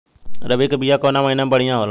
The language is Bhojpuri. रबी के बिया कवना महीना मे बढ़ियां होला?